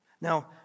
Now